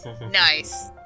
Nice